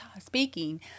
speaking